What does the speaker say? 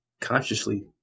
consciously